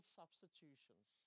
substitutions